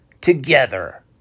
together